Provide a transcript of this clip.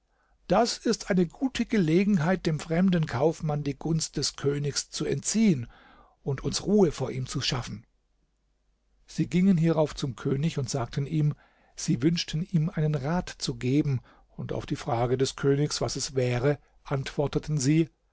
das ist eine gute gelegenheit dem fremden kaufmann die gunst des königs zu entziehen und uns ruhe vor ihm zu schaffen sie gingen hierauf zum könig und sagten ihm sie wünschten ihm einen rat zu geben und auf die frage des königs was es wäre antworteten sie